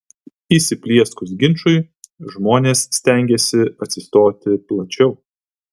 įsiplieskus ginčui žmonės stengiasi atsistoti plačiau